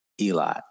Eli